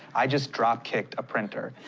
i just drop-kicked a printer.